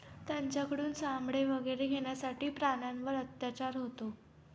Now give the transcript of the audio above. त्यांच्याकडून चामडे वगैरे घेण्यासाठी प्राण्यांवर अत्याचार होतो